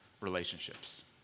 relationships